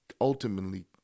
ultimately